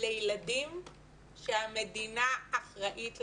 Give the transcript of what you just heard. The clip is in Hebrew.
אלה ילדים שהמדינה אחראית להם.